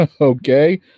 Okay